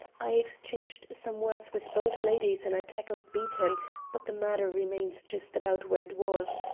i exchanged some words with both ladies and i tackled beaton but the matter remains just about where it was.